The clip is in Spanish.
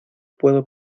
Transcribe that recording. puedo